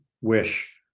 wish